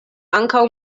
ankaŭ